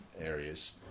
areas